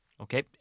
Okay